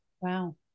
Wow